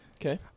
Okay